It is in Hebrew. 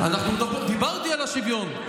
דיברתי על השוויון.